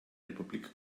republik